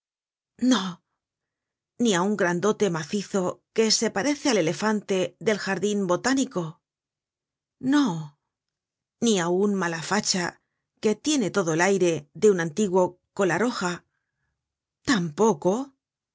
no ni á un grandote macizo que se parece al elefante del jardin botánico no ni á un malafacha que tiene todo el aire de un antiguo colaroja tampoco